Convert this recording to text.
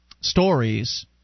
stories